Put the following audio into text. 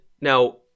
now